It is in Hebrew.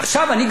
עם כל הכבוד,